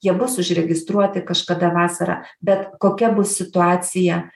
jie bus užregistruoti kažkada vasarą bet kokia bus situacija